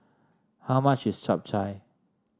how much is Chap Chai